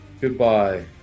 goodbye